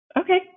okay